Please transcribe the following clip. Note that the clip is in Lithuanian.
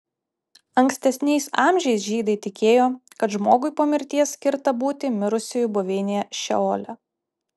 ankstesniais amžiais žydai tikėjo kad žmogui po mirties skirta būti mirusiųjų buveinėje šeole